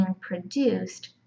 produced